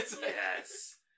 Yes